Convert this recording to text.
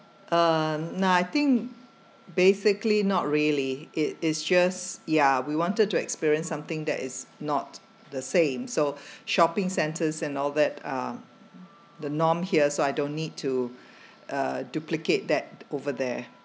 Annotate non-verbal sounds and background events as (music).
uh nah I think basically not really it it's just ya we wanted to experience something that is not the same so (breath) shopping centres and all that are the norm here so I don't need to (breath) uh duplicate that over there